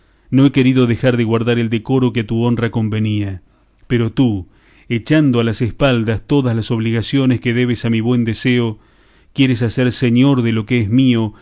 no he querido dejar de guardar el decoro que a tu honra convenía pero tú echando a las espaldas todas las obligaciones que debes a mi buen deseo quieres hacer señor de lo que es mío